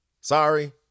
Sorry